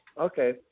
Okay